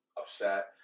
upset